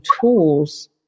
tools